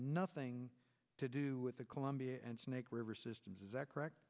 nothing to do with the columbia and snake river systems is that correct